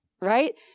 Right